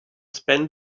spend